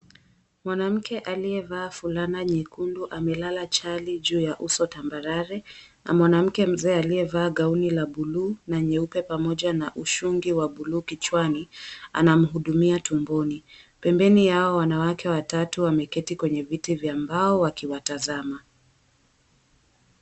Mwanamke aliyevaa fulana nyekundu amelala chali juu ya uso tambarare, na mwanamke mzee aliyevaa gauni la buluu na nyeupe pamoja na ushungi wa buluu kichwani, anamhudumia tumboni. Pembeni yao wanawake watatu wameketi kwenye viti vya mbao wakiwatazama.